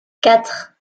quatre